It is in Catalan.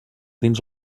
dins